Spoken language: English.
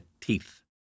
teeth